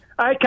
Okay